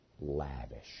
lavish